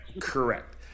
Correct